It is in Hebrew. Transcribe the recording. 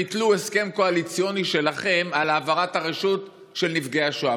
ביטלו הסכם קואליציוני שלכם על העברת הרשות של נפגעי השואה.